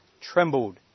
trembled